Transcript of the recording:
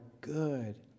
good